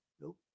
Nope